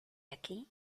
aquí